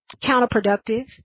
counterproductive